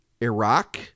Iraq